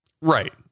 Right